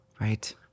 Right